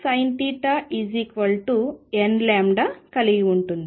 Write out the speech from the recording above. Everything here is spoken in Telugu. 2dSinθnλ కలిగి ఉంటుంది